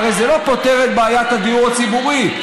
הרי זה לא פותר את בעיית הדיור הציבורי.